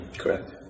Correct